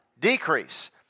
Decrease